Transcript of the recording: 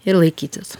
ir laikytis